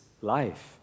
life